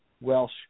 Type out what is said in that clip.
Welsh